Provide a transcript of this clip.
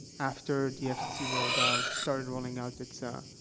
after the fcc rolled out started rolling out its, ah,